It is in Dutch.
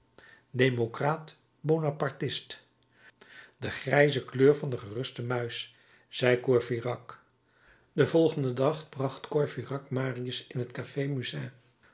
ge democraat bonapartist de grijze kleur van de geruste muis zei courfeyrac den volgenden dag bracht courfeyrac marius in t